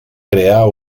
crear